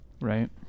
Right